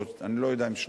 אני לא יודע אם שנתיים,